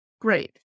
great